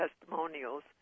testimonials